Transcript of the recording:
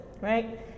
right